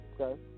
Okay